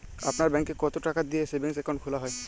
আপনার ব্যাংকে কতো টাকা দিয়ে সেভিংস অ্যাকাউন্ট খোলা হয়?